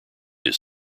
his